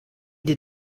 did